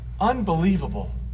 Unbelievable